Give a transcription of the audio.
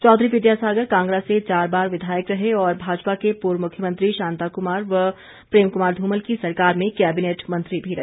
चौधरी विद्यासागर कांगड़ा से चार बार विधायक रहे और भाजपा के पूर्व मुख्यमंत्री शांता कुमार व प्रेम कुमार धूमल की सरकार में कैबिनेट मंत्री भी रहे